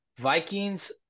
Vikings